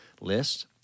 list